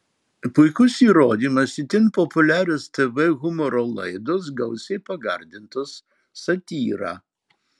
puikus įrodymas itin populiarios tv humoro laidos gausiai pagardintos satyra